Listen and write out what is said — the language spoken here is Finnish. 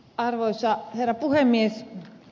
arvoisa herra puhemies